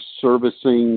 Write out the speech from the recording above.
servicing